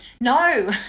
no